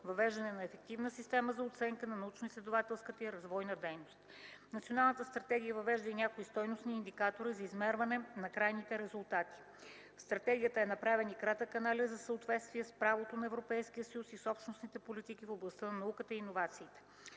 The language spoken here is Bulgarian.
Въвеждане на ефективна система за оценка на научноизследователската и развойна дейност. Националната стратегия въвежда и някои стойностни индикатори за измерване на крайните резултати. В стратегията е направен и кратък анализ за съответствие с правото на Европейския съюз и с общностните политики в областта на науката и иновациите.